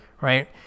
Right